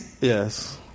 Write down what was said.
Yes